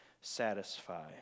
satisfy